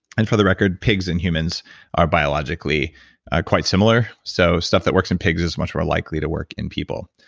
and for the record, pigs and humans are biologically quite similar, so stuff that works in pigs is much more likely to work in people.